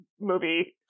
movie